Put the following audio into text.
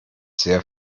sehr